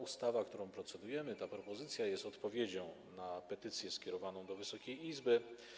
Ustawa, nad którą procedujemy, ta propozycja jest odpowiedzią na petycję skierowaną do Wysokiej Izby.